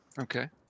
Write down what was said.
Okay